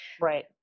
Right